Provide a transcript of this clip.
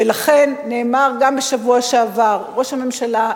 ולכן נאמר גם בשבוע שעבר: ראש הממשלה,